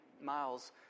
miles